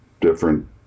different